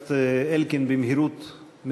הכנסת אלקין קרא אותו כדרכו במהירות מרבית,